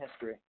history